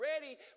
ready